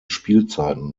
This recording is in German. spielzeiten